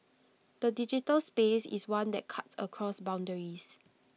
the digital space is one that cuts across boundaries